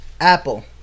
Apple